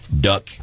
duck